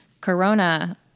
corona